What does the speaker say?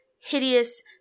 hideous